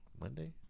Monday